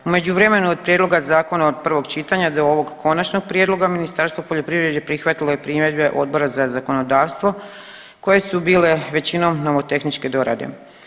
U međuvremenu, od Prijedloga zakona od prvog čitanja do ovog Konačnog prijedloga, Ministarstvo poljoprivrede prihvatilo je primjedbe Odbora za zakonodavstvo koje su bile većinom nomotehničke dorade.